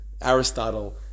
Aristotle